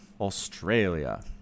Australia